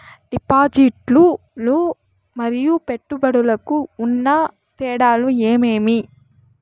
డిపాజిట్లు లు మరియు పెట్టుబడులకు ఉన్న తేడాలు ఏమేమీ?